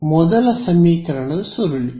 ವಿದ್ಯಾರ್ಥಿ ಮೊದಲ ಸಮೀಕರಣದ ಸುರುಳಿ